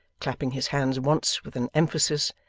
clapping his hands once, with an emphasis,